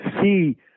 see